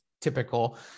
typical